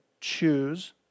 Choose